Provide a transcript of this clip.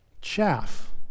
chaff